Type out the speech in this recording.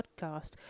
podcast